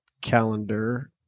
calendar